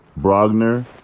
Brogner